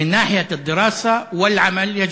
כדי להבין את חשיבותו מבחינת לימודים ועבודה יש